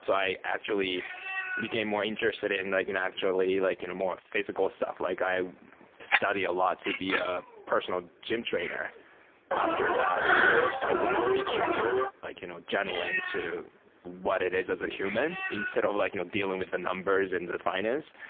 so i actually became more interested in like and naturally, like you know more physical stuff. like i study a lot to be ah personal gym trainer after that because i wanted to be extremely like you know genuine to what it is a human instead of like you know dealing with the numbers and the fi nance.